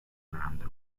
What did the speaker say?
grande